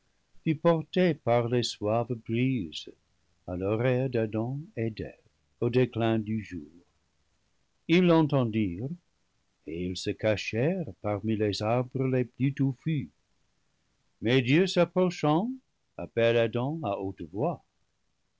fut portée par les suaves brises à l'oreille d'adam et d'eve au déclin du jour ils l'entendirent et ils se cachèrent parmi les arbres les plus touffus mais dieu s'approchant appelle adam à haute voix